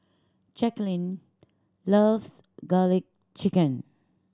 Jacquelyn loves Garlic Chicken